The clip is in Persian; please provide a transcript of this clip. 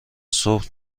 صبح